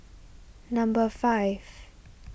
number five